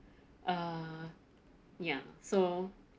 ah ya so